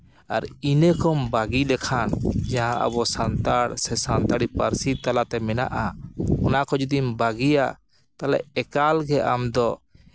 ᱟᱨ ᱤᱱᱟᱹ ᱠᱚᱢ ᱵᱟᱹᱜᱤ ᱞᱮᱠᱷᱟᱱ ᱡᱟᱦᱟᱸ ᱟᱵᱚ ᱥᱟᱱᱛᱟᱲ ᱥᱮ ᱥᱟᱱᱛᱟᱲᱤ ᱯᱟᱹᱨᱥᱤ ᱛᱟᱞᱟᱛᱮ ᱢᱮᱱᱟᱜᱼᱟ ᱚᱱᱟ ᱠᱚ ᱡᱩᱫᱤᱢ ᱵᱟᱹᱜᱤᱭᱟ ᱛᱟᱦᱚᱞᱮ ᱮᱠᱟᱞᱜᱮ ᱟᱢᱫᱚ